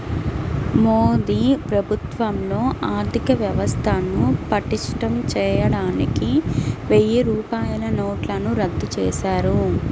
మోదీ ప్రభుత్వంలో ఆర్ధికవ్యవస్థను పటిష్టం చేయడానికి వెయ్యి రూపాయల నోట్లను రద్దు చేశారు